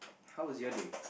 how was your day